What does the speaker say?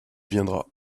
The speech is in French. viendras